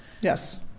Yes